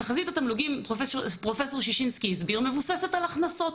תחזית התמלוגים מבוססת על הכנסות,